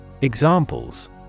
Examples